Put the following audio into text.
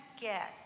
get